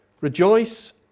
Rejoice